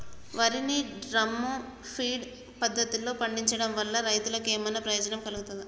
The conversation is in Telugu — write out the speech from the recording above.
వరి ని డ్రమ్ము ఫీడ్ పద్ధతిలో పండించడం వల్ల రైతులకు ఏమన్నా ప్రయోజనం కలుగుతదా?